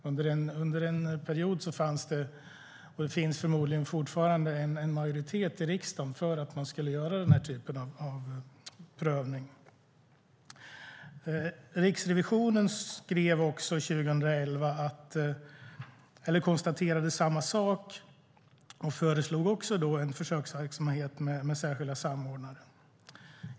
Under en period fanns det - och det finns det förmodligen fortfarande - en majoritet i riksdagen för den här typen av prövning. Riksrevisionen konstaterade 2011 samma sak och föreslog en försöksverksamhet med särskilda samordnare.